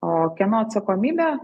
o kieno atsakomybė